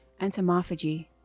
Entomophagy